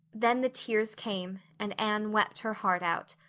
then the tears came and anne wept her heart out.